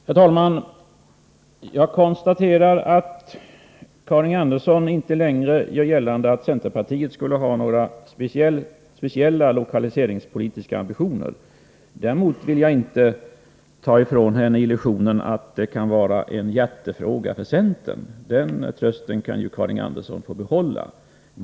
Herr talman! Jag konstaterar att Karin Andersson inte längre gör gällande att centerpartiet skulle ha några speciella lokaliseringspolitiska ambitioner. Däremot vill jag inte ta ifrån henne illusionen att detta kan vara en hjärtefråga för centern. Den trösten kan Karin Andersson få behålla.